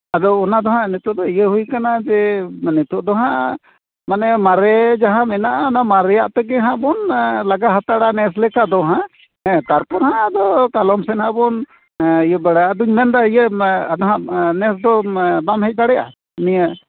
ᱟᱫᱚ ᱚᱱᱟ ᱫᱚ ᱦᱟᱸᱜ ᱱᱤᱛᱚᱜ ᱫᱚ ᱤᱭᱟᱹ ᱦᱩᱭᱟᱠᱟᱱᱟ ᱡᱮ ᱱᱤᱛᱚᱜ ᱫᱚ ᱦᱟᱸᱜ ᱢᱟᱱᱮ ᱢᱟᱨᱮ ᱡᱟᱦᱟᱸ ᱢᱮᱱᱟᱜᱼᱟ ᱚᱱᱟ ᱢᱟᱨᱮᱭᱟᱜ ᱛᱮᱜᱮ ᱦᱟᱸᱜ ᱵᱚᱱ ᱞᱟᱜᱟ ᱦᱟᱛᱟᱲᱟ ᱱᱮᱥ ᱞᱮᱠᱟ ᱫᱚ ᱦᱟᱸᱜ ᱛᱟᱨᱯᱚᱨ ᱟᱫᱚ ᱠᱟᱞᱚᱢ ᱥᱮᱱ ᱦᱟᱸᱜ ᱵᱚᱱ ᱤᱭᱟᱹ ᱵᱟᱲᱟᱭᱟ ᱟᱫᱚᱧ ᱢᱮᱱᱫᱟ ᱤᱭᱟᱹ ᱱᱟᱦᱟᱜ ᱱᱮᱥ ᱫᱚ ᱵᱟᱢ ᱦᱮᱡ ᱫᱟᱲᱮᱭᱟᱜᱼᱟ